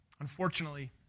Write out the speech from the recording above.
Unfortunately